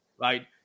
Right